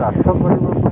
ଚାଷ କରିବାକୁ